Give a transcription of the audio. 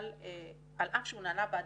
אבל על אף שהוא נענה באדיבות,